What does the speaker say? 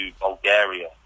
Bulgaria